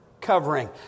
covering